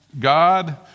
God